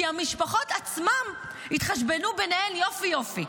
כי המשפחה עצמן יתחשבנו ביניהן יופי יופי,